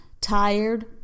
tired